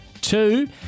two